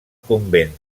convent